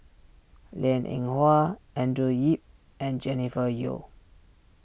Liang Eng Hwa Andrew Yip and Jennifer Yeo